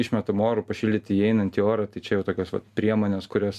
išmetamu oru pašildyti įeinantį orą tai čia jau tokios vat priemonės kurios